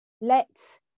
let